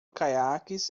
caiaques